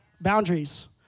Boundaries